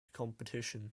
competition